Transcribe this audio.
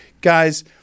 Guys